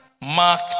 Mark